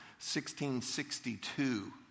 1662